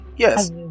Yes